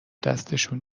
دستشون